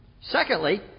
Secondly